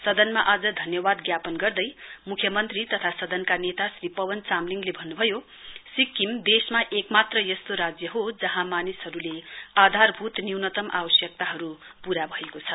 सदनमा आज धन्यवाद ज्ञापन गर्दै म्ख्यमन्त्री सदनका नेता श्री पवन चामलिङले भन्न् भयो सिक्किम देशमा एकमात्र यस्तो राज्य हो जहाँ मानिसहरुको आधारभूत न्यूनतम आवश्यकताहरु पूरा भएको छ